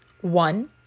One